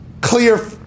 clear